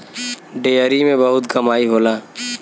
dairy में बहुत कमाई होला